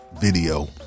Video